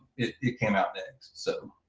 it came out next. so,